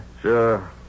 Sure